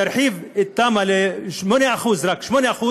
תרחיב את התמ"א ל-8%, רק 8%,